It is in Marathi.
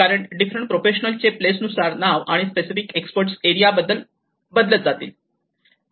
कारण डिफरंट प्रोफेशनल चे प्लेस नुसार नाव आणि स्पेसिफिक एक्सपर्ट एरिया बदलत जातील